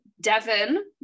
Devon